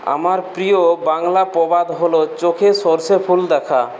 আমার প্রিয় বাংলা প্রবাদ হলো চোখে সরষে ফুল দেখা